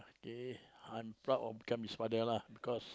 okay I'm proud of become his father lah because